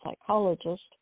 psychologist